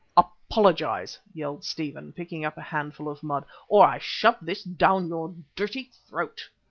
apologise! yelled stephen, picking up a handful of mud, or i shove this down your dirty throat.